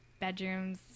bedrooms